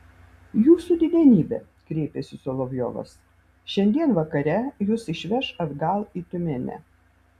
jūsų didenybe kreipėsi solovjovas šiandien vakare jus išveš atgal į tiumenę